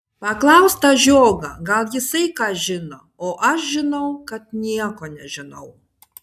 paklausk tą žiogą gal jisai ką žino o aš žinau kad nieko nežinau